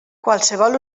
qualsevol